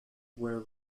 were